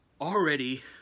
already